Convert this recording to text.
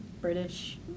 British